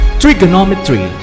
trigonometry